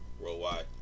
worldwide